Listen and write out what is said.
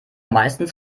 meistens